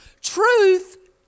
Truth